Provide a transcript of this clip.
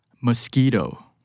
mosquito